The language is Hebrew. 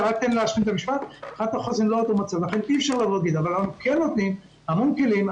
אבל אנחנו נותנים המון כלים,